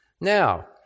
Now